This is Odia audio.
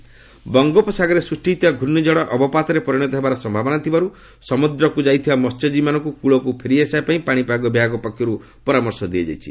ଡବୂ ବି ରେନ୍ ଫର୍କାଷ୍ଟ ବଙ୍ଗୋପସାଗରରେ ସୃଷ୍ଟି ହୋଇଥିବା ଘୂର୍ଣ୍ଣିଝଡ଼ ଅବପାତରେ ପରିଣତ ହେବାର ସମ୍ଭାବନା ଥିବାରୁ ସମୁଦ୍ରକୁ ଯାଇଥିବା ମସ୍ୟଜୀବୀମାନଙ୍କୁ କ୍ରଳକୁ ଫେରିଆସିବା ପାଇଁ ପାଣିପାଗ ବିଭାଗ ପକ୍ଷରୁ ପରାମର୍ଶ ଦିଆଯାଇଛି